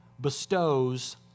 bestows